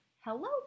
Hello